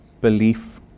belief